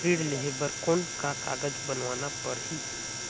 ऋण लेहे बर कौन का कागज बनवाना परही?